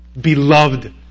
Beloved